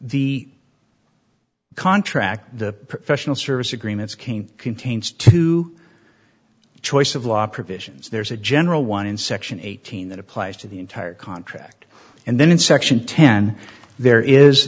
the contract the professional service agreements kane contains to the choice of law provisions there is a general one in section eighteen that applies to the entire contract and then in section ten there is